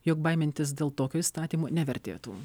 jog baimintis dėl tokio įstatymo nevertėtų